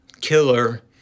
killer